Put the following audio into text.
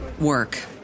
work